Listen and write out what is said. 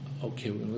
Okay